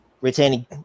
retaining